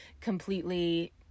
completely